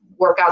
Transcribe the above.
workouts